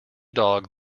dog